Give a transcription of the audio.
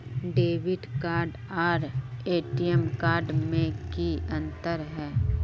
Debit card आर ATM card में की अंतर है?